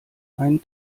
einen